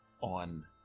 on